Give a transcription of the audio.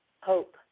Hope